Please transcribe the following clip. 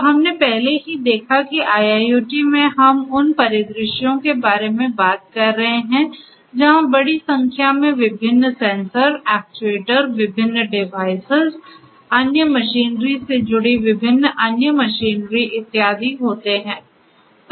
तो हमने पहले ही देखा कि IIoT में हम उन परिदृश्यों के बारे में बात कर रहे हैं जहाँ बड़ी संख्या में विभिन्न सेंसर एक्चुएटर विभिन्न डिवाइस अन्य मशीनरी से जुड़ी विभिन्नअन्य मशीनरी इत्यादि होते हैं